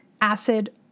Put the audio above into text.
acid